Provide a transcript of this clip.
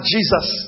Jesus